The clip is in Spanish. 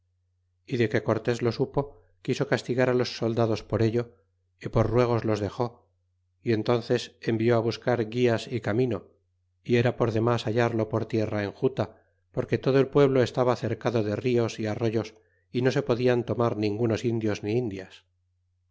y de que cortes lo supo quiso castigar á los soldados por ello y por ruegos los dexó y enteurces envió á buscar guias y camino y era por demas hallarlo por tierra enjuta porque todo el pueblo estaba cercado de nos y arroyos y no se podian tomar ningunos indios ni indias